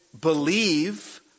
believe